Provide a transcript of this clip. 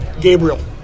Gabriel